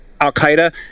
al-Qaeda